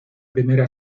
primera